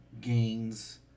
gains